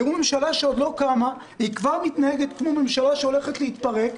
יראו ממשלה שעוד לא קמה וכבר מתנהגת כמו ממשלה שהולכת להתפרק,